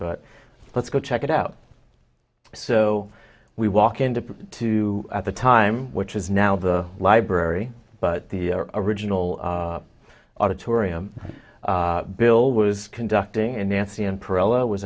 but let's go check it out so we walk into two at the time which is now the library but the original auditorium bill was conducting